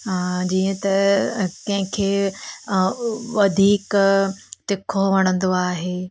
जीअं त कंहिंखे वधीक तिखो वणंदो आहे